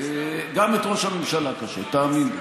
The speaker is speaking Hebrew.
גם את ראש הממשלה קשה, תאמין לי,